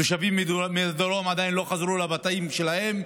תושבים מהדרום עדיין לא חזרו לבתים שלהם,